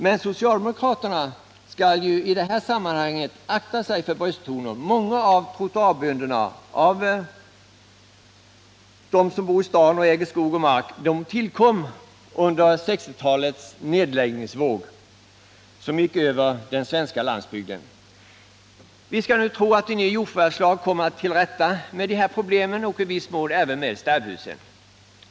Men socialdemokraterna skall i detta sammanhang akta sig för brösttoner. Många trottoarbönder tillkom under den nedläggningsvåg som gick över den svenska landsbygden på 1960-talet. Vi skall nu tro att en ny jordförvärvslag kommer till rätta med de här problemen och i viss mån även med sterbhusen.